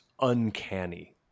uncanny